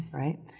right?